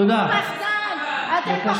הוא פחדן, אתם פחדנים.